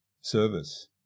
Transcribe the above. service